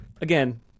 again